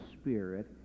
Spirit